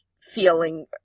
feeling